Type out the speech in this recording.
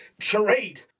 charade